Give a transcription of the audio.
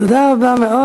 תודה רבה מאוד.